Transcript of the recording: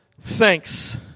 thanks